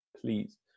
please